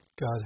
God